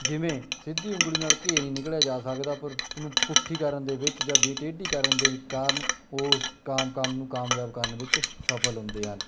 ਜਿਵੇਂ ਸਿੱਧੀ ਉਂਗਲੀ ਨਾਲ ਘੇ ਨਹੀਂ ਨਿਕਲਿਆ ਜਾ ਸਕਦਾ ਪਰ ਉਹਨੂੰ ਪੁੱਠੀ ਕਰਨ ਦੇ ਵਿੱਚ ਜਾਂ ਵੀ ਟੇਢੀ ਕਰਨ ਦੇ ਕਾਰਨ ਉਸ ਕਾਮ ਕਾਮ ਨੂੰ ਕਾਮਯਾਬ ਕਰਨ ਵਿੱਚ ਸਫਲ ਹੁੰਦੇ ਹਨ